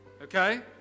Okay